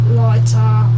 lighter